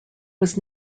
was